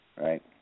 right